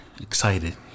excited